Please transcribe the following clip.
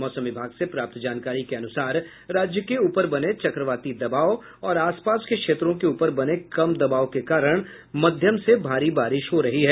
मौसम विभाग से प्राप्त जानकारी के अनुसार राज्य के ऊपर बने चक्रवाती दबाव और आसपास के क्षेत्रों के ऊपर बने कम दबाव के कारण मध्यम से भारी बारिश हो रही है